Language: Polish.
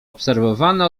obserwowane